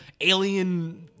alien